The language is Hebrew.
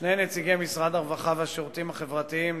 שני נציגי משרד הרווחה והשירותים החברתיים,